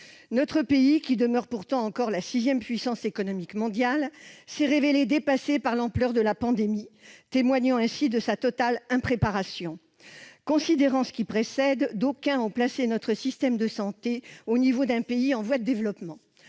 Notre pays, qui demeure pourtant encore la sixième puissance économique mondiale, s'est révélé dépassé par l'ampleur de la pandémie, témoignant ainsi de sa totale impréparation. Considérant ce qui précède, d'aucuns ont placé notre système de santé au niveau d'un pays en voie de développement.